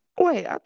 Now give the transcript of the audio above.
Wait